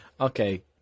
okay